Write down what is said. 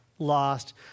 Lost